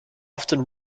often